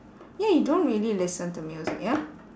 yeah you don't really listen to music ya